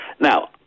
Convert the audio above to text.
Now